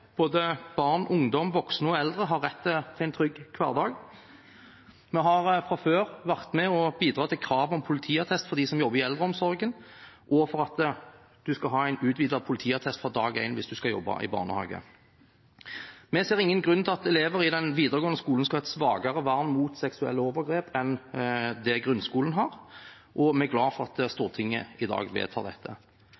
Både barn, ungdom, voksne og eldre har rett til en trygg hverdag. Vi har fra før vært med og bidratt til krav om politiattest for dem som jobber i eldreomsorgen, og at man skal ha en utvidet politiattest fra dag én hvis man skal jobbe i barnehage. Vi ser ingen grunn til at elever i den videregående skolen skal ha et svakere vern mot seksuelle overgrep enn det grunnskolen har, og vi er glad for at